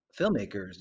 filmmakers